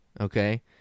okay